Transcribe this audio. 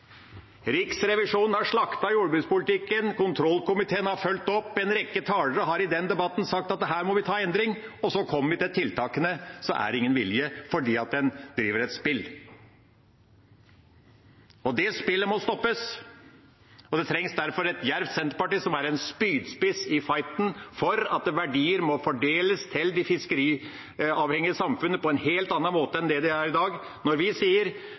Riksrevisjonen har slaktet jordbrukspolitikken, kontrollkomiteen har fulgt opp, en rekke talere har i den debatten sagt at her må vi ha endring, og så kommer vi til tiltakene, og så er det ingen vilje, for en driver et spill. Det spillet må stoppes, og det trengs derfor et djervt senterparti som er en spydspiss i fighten for at verdier må fordeles til de fiskeriavhengige samfunnene på en helt annen måte enn i dag. Når vi